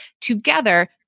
together